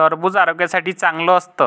टरबूज आरोग्यासाठी चांगलं असतं